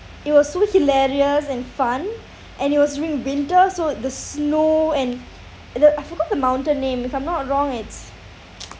it was so hilarious and fun and it was during winter so the snow and the I forgot the mountain name if I'm not wrong it's